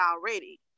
already